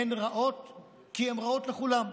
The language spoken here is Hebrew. הן רעות כי הן רעות לכולם.